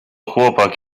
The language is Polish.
chłopak